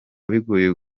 bigoye